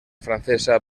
francesa